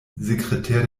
sekretär